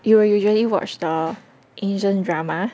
you will usually watch the asian drama